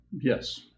Yes